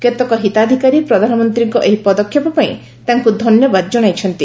କେତେକ ହିତାଧିକାରୀ ପ୍ରଧାନମନ୍ତ୍ରୀଙ୍କ ଏହି ପଦକ୍ଷେପ ପାଇଁ ତାଙ୍କୁ ଧନ୍ୟବାଦ ଜଣାଇଥିଲେ